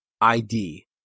ID